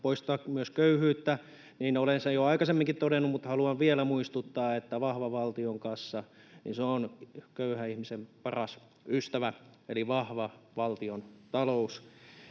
poistaa köyhyyttä, niin olen sen jo aikaisemminkin todennut mutta haluan vielä muistuttaa, että vahva valtion kassa eli vahva valtiontalous